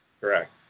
Correct